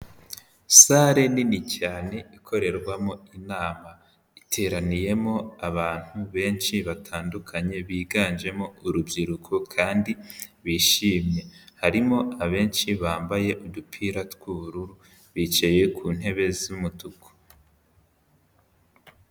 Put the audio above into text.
Salle nini cyane ikorerwamo inama. Iteraniyemo abantu benshi batandukanye biganjemo urubyiruko kandi bishimye, harimo abenshi bambaye udupira tw'ubururu bicaye ku ntebe z'umutuku.